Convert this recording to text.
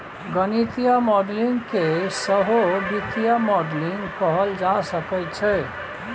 गणितीय मॉडलिंग केँ सहो वित्तीय मॉडलिंग कहल जा सकैत छै